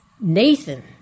Nathan